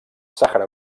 sàhara